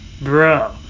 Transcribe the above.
Bro